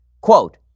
Quote